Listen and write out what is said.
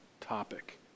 topic